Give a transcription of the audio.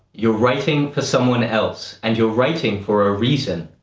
you're writing for someone else, and you're writing for a reason.